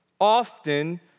often